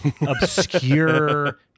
obscure